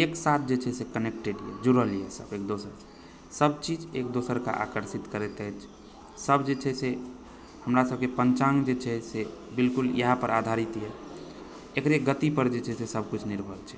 एक साथ जे छै से कनेक्टेड यऽ जुड़ल यऽ सब एक दोसरसँ सब चीज एक दोसरकेँ आकर्षित करैत अछि सब जे छै से हमरा सबके पञ्चाङ्ग जे छै से बिलकुल इएहपर आधारित यऽ एकरे गतिपर जे छै से सब किछु निर्भर छै